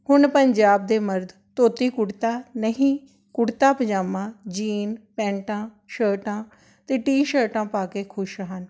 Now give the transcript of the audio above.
ਹੁਣ ਪੰਜਾਬ ਦੇ ਮਰਦ ਧੋਤੀ ਕੁੜਤਾ ਨਹੀਂ ਕੁੜਤਾ ਪਜਾਮਾ ਜੀਨ ਪੈਂਟਾਂ ਸ਼ਰਟਾਂ ਅਤੇ ਟੀ ਸ਼ਰਟਾਂ ਪਾ ਕੇ ਖੁਸ਼ ਹਨ